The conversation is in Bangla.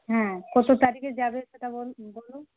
হ্যাঁ কত তারিখে যাবে সেটা বল বলুন